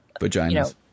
vaginas